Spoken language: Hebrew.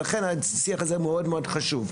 ולכן השיח הזה מאוד מאוד חשוב.